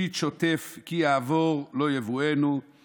שוט שוטף כי יעבֹר לא יבואנו כי